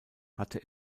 hatte